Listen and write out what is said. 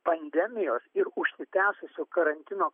pandemijos ir užsitęsusio karantino